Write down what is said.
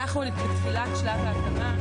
אנחנו בתחילת שלב ההקמה,